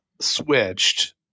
switched